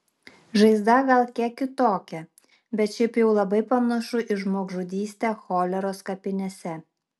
žaizda gal kiek kitokia bet šiaip jau labai panašu į žmogžudystę choleros kapinėse